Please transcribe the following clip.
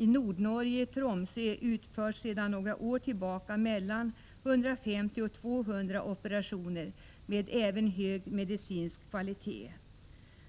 I Nordnorge, i Tromsö, utförs sedan några år 150-200 operationer med även hög medicinsk kvalitet.